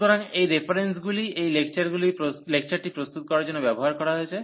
সুতরাং এই রেফারেন্সগুলি এই লেকচারটি প্রস্তুত করার জন্য ব্যবহার করা হয়েছে